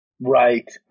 Right